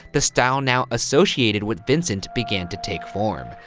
the style now associated with vincent began to take form.